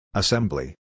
assembly